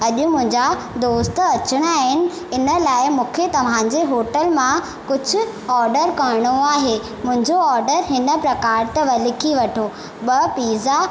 अॼु मुंहिंजा दोस्त अचणा आहिनि इन लाइ मूंखे तव्हांजे होटल मां कुझु ऑडर करिणो आहे मुंहिंजो ऑडर हिन प्रकार अथव त लिखी वठो ॿ पिज़्ज़ा